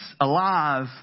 alive